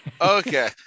Okay